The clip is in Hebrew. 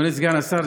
אדוני סגן השר,